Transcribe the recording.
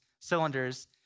cylinders